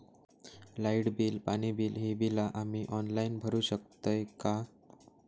Light bill, पाणी bill, ही बिला आम्ही ऑनलाइन भरू शकतय का?